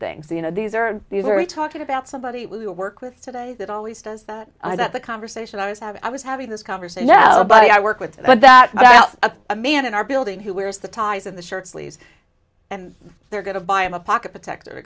things you know these are these are we talking about somebody we work with today that always does that that the conversation i was i was having this conversation but i work with that out of a man in our building who wears the ties in the shirt sleeves and they're going to buy him a pocket protector to